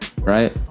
right